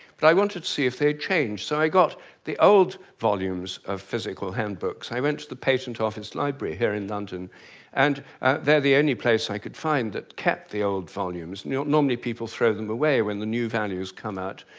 but i wanted to see if they'd changed, so i got the old volumes of physical handbooks. i went to the patent office library here in london and they're the only place i could find that kept the old volumes. normally people throw them away when the new values come out,